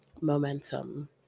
momentum